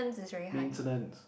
maintenance